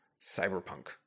cyberpunk